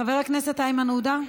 חבר הכנסת איימן עודה,